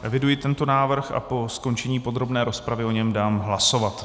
Eviduji tento návrh a po skončení podrobné rozpravy o něm dám hlasovat.